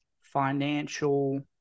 financial